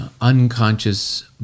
unconscious